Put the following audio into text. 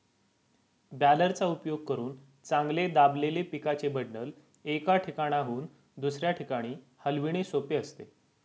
बॅलरचा उपयोग करून चांगले दाबलेले पिकाचे बंडल, एका ठिकाणाहून दुसऱ्या ठिकाणी हलविणे सोपे असते